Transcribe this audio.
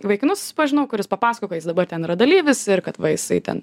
vaikinu susipažinau kuris papasakojo kad jis dabar ten yra dalyvis ir kad va jisai ten